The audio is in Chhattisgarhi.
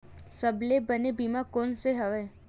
सबले बने बीमा कोन से हवय?